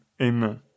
amen